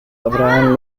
abraham